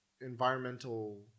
environmental